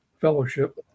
fellowship